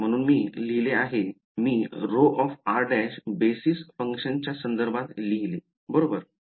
म्हणून मी लिहिले आहे मी ρr′ बेसिस फंक्शन्सच्या संदर्भात लिहिले आहेबरोबर